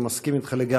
אני מסכים איתך לגמרי.